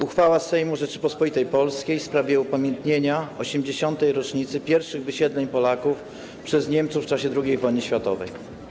Uchwała Sejmu Rzeczypospolitej Polskiej w sprawie upamiętnienia 80. rocznicy pierwszych wysiedleń Polaków przez Niemców w czasie II wojny światowej.